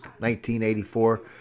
1984